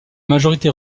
majorité